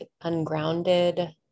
ungrounded